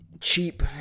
cheap